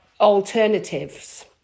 alternatives